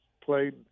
played